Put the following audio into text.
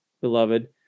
beloved